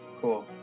Cool